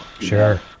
Sure